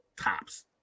tops